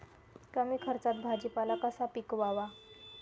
कमी खर्चात भाजीपाला कसा पिकवावा?